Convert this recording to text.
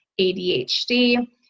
ADHD